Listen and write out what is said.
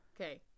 Okay